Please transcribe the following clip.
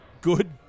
good